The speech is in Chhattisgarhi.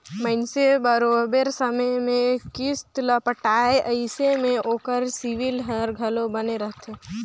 मइनसे बरोबेर समे में किस्त ल पटाथे अइसे में ओकर सिविल हर घलो बने रहथे